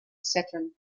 saturn